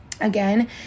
again